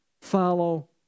follow